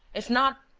if not.